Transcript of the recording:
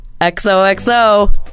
XOXO